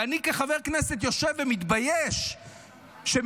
ואני כחבר כנסת יושב ומתבייש שמגיעות